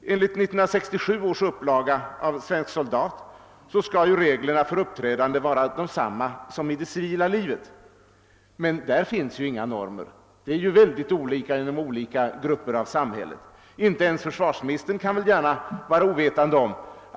Enligt 1967 års upplaga av Svensk soldat skall reglerna för uppträdande vara desamma som inom det civila livet. Men där finns ju inga normer. Uppträdandet är väldigt olika inom olika grupper av samhället. Inte ens försvarsministern kan väl gärna vara ovetande om.